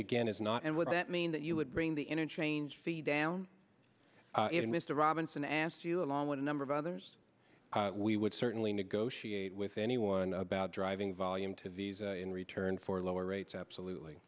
again is not and would that mean that you would bring the interchange feet down even mr robinson asked you along with a number of others we would certainly negotiate with anyone about driving volume to visa in return for lower rates absolutely